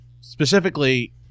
Specifically